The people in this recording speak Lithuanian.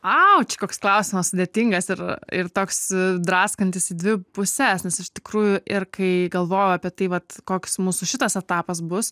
a čia koks klausimas sudėtingas ir ir toks draskantis į dvi puses nes iš tikrųjų ir kai galvoju apie tai vat koks mūsų šitas etapas bus